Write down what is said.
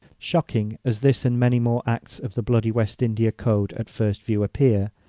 shocking as this and many more acts of the bloody west india code at first view appear,